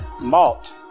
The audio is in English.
Malt